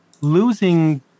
losing